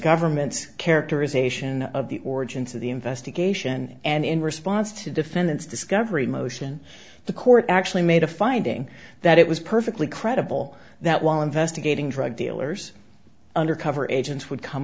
government's characterization of the origins of the investigation and in response to defendant's discovery motion the court actually made a finding that it was perfectly credible that while investigating drug dealers undercover agents would come